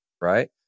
Right